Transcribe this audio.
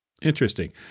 Interesting